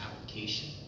application